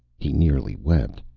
he nearly wept.